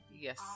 yes